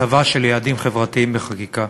הצבה של יעדים חברתיים בחקיקה.